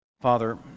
Father